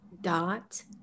dot